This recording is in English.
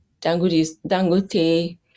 dangote